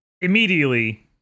immediately